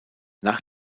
nach